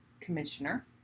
commissioner